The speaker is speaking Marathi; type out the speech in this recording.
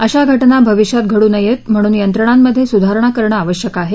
अशा घटना भविष्यात घडू नयेत म्हणून यंत्रणांमध्ये सुधारणा करणे आवश्यक आहे